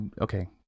okay